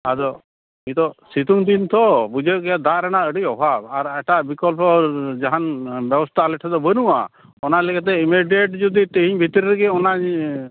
ᱟᱫᱚ ᱱᱤᱛᱚᱜ ᱥᱤᱛᱩᱝ ᱫᱤᱱ ᱛᱚ ᱵᱩᱡᱷᱟᱹᱣ ᱮᱫᱜᱮᱭᱟ ᱫᱟᱜ ᱨᱮᱱᱟᱜ ᱟᱹᱰᱤ ᱚᱵᱷᱟᱵ ᱟᱨ ᱮᱴᱟᱜ ᱵᱤᱠᱚᱞᱯᱚ ᱡᱟᱦᱟᱱ ᱵᱮᱵᱚᱥᱛᱷᱟ ᱟᱞᱮᱴᱷᱮ ᱫᱚ ᱵᱟᱹᱱᱩᱜᱼᱟ ᱚᱱᱟ ᱞᱮᱠᱟ ᱛᱮ ᱤᱢᱮᱰᱤᱭᱮᱰ ᱡᱩᱫᱤ ᱛᱮᱦᱮᱧ ᱵᱷᱤᱛᱤᱨ ᱨᱮᱜᱤ ᱚᱱᱟ